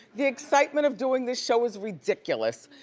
the excitement of doing this show is ridiculous.